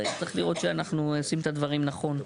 אז צריך לראות שאנחנו עושים את הדברים נכון.